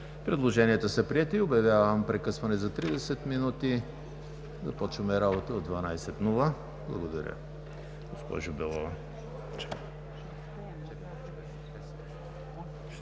Предложенията са приети. Обявявам прекъсване за 30 минути. Започваме работа в 12,00 часа.